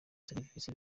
serivisi